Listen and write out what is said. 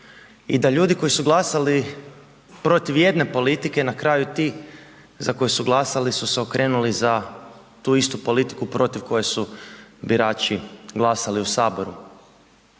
i da ljudi koji su glasali protiv jedne politike na kraju ti za koje su glasali su se okrenuli za tu istu politiku protiv koje su birači glasali u Saboru.